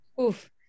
Oof